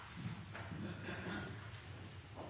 nest